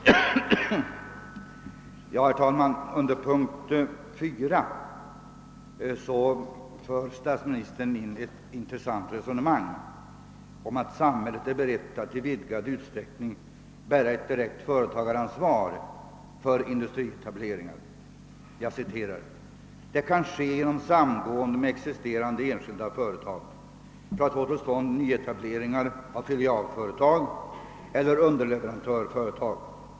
Under punkt 4 för statsministern ett intressant resonemang: »Samhället är berett att i vidgad utsträckning bära ett direkt företagsansvar för industrietableringar. Det kan ske genom samgående med existerande enskilda företag för att få till stånd nyetableringar av filialföretag eller underleverantörsföretag.